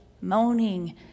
moaning